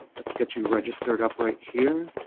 let's get you registered up right here.